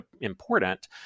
important